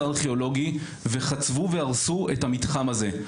ארכיאולוגי וחצבו והרסו את המתחם הזה.